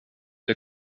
der